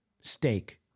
steak